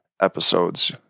episodes